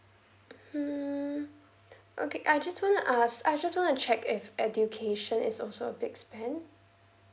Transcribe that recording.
hmm okay I just want to ask I just want to check if education is also a big spend